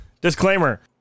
Disclaimer